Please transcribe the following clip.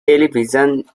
television